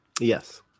Yes